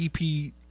EP